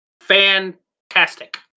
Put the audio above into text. Fantastic